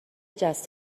جست